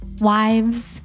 wives